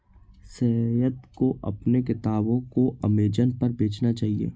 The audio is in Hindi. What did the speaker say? सैयद को अपने किताबों को अमेजन पर बेचना चाहिए